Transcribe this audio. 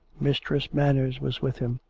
mistress manners was with him.